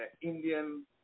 Indian